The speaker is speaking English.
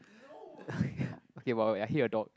okay but but I hate your dog